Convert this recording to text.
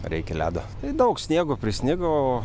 reikia ledo tai daug sniego prisnigo